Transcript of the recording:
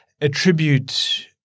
attribute